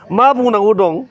मा बुंनांगौ दं